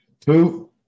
two